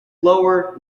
lower